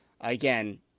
Again